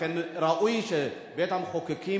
לכן ראוי שבית-המחוקקים,